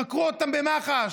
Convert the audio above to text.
חקרו אותם במח"ש,